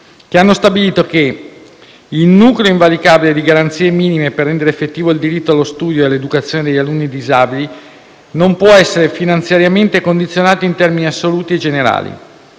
che hanno stabilito che il nucleo invalicabile di garanzie minime per rendere effettivo il diritto allo studio e all'educazione degli alunni disabili non può essere finanziariamente condizionato in termini assoluti e generali;